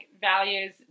values